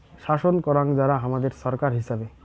শাসন করাং যারা হামাদের ছরকার হিচাবে